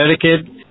Connecticut